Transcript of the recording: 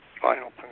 final